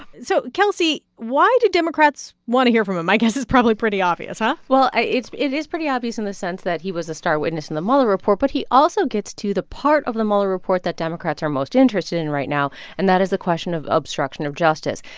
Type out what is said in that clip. so kelsey, why do democrats want to hear from him? i guess it's probably pretty obvious, huh? well, it is pretty obvious in the sense that he was a star witness in the mueller report, but he also gets to the part of the mueller report that democrats are most interested in right now, and that is the question of obstruction of justice.